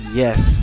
yes